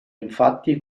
infatti